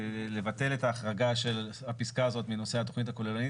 ולבטל את ההחרגה של הפסקה הזאת מהנושא של התכנית הכוללנית,